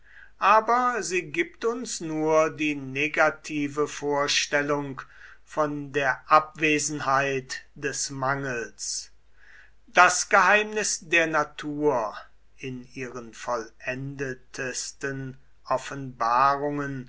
aber sie gibt uns nur die negative vorstellung von der abwesenheit des mangels das geheimnis der natur in ihren vollendetsten offenbarungen